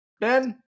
Ben